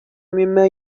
مما